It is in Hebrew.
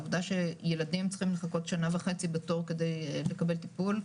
העובדה שילדים צריכים לחכות שנה וחצי בתור כדי לקבל טיפול,